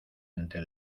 entre